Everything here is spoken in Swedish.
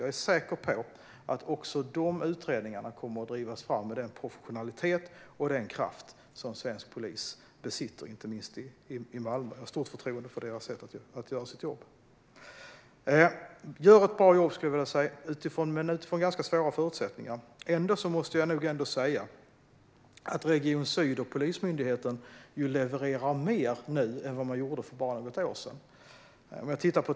Jag är säker på att också de utredningarna kommer att drivas fram med den professionalitet och den kraft som svensk polis besitter, inte minst i Malmö. Jag har stort förtroende för deras sätt att göra sitt jobb. Utifrån ganska svåra förutsättningar gör de ett bra jobb, skulle jag vilja säga. Region syd och Polismyndigheten levererar mer nu än vad man gjorde för bara något år sedan.